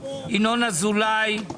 ינון אזולאי,